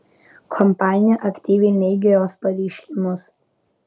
kompanija aktyviai neigia jos pareiškimus